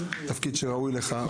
זה תפקיד שראוי לך.